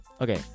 okay